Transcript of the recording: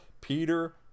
Peter